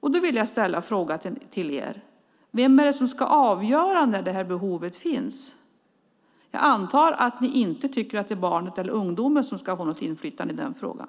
Då vill jag ställa frågan till er: Vem är det som ska avgöra när det här behovet finns? Jag antar att ni inte tycker att det är barnet eller ungdomen som ska ha något inflytande i den frågan.